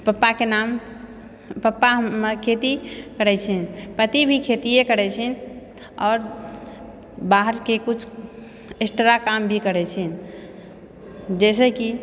पापाके नाम पापा हमर खेती करै छै पति भी खेतीये करै छै आओर बाहरके कुछ एक्सट्रा काम भी करै छै जैसे कि